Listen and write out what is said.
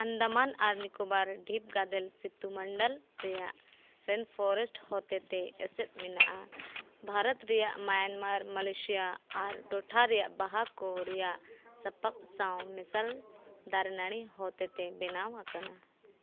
ᱟᱱᱫᱟᱢᱟᱱ ᱟᱨ ᱱᱤᱠᱳᱨᱚᱵ ᱰᱷᱤᱯ ᱜᱟᱫᱮᱞ ᱥᱤᱛᱩᱢᱚᱱᱰᱚᱞ ᱨᱮᱭᱟᱜ ᱨᱮᱱ ᱯᱷᱚᱨᱮᱥᱴ ᱦᱚᱛᱮᱡ ᱛᱮ ᱮᱥᱮᱫ ᱢᱮᱱᱟᱜᱼᱟ ᱵᱷᱟᱨᱚᱛ ᱨᱮᱭᱟᱜ ᱢᱟᱭᱟᱱᱢᱟᱨ ᱢᱟᱞᱚᱭᱥᱤᱭᱟ ᱟᱨ ᱴᱚᱴᱷᱟ ᱨᱮᱭᱟᱜ ᱵᱟᱦᱟᱠᱚ ᱨᱮᱭᱟᱜ ᱥᱟᱯᱟᱯ ᱥᱟᱶ ᱢᱮᱥᱟᱞ ᱫᱟᱨᱮᱼᱱᱟᱹᱲᱤ ᱦᱚᱛᱮᱡ ᱛᱮ ᱵᱮᱱᱟᱣ ᱟᱠᱟᱱᱟ